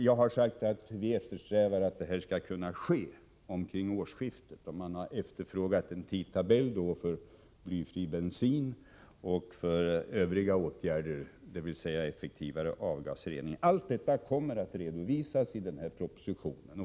Jag har sagt att vi eftersträvar att detta skall kunna ske omkring årsskiftet. Man har efterfrågat en tidtabell för blyfri bensin och för övriga åtgärder, dvs. effektivare avgasrening. Allt detta kommer att redovisas i propositionen.